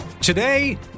Today